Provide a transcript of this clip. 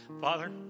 Father